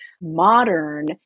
modern